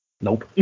nope